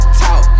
talk